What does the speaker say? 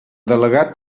delegat